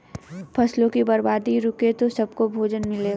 फसलों की बर्बादी रुके तो सबको भोजन मिलेगा